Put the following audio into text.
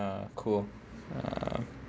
uh cool um